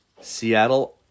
Seattle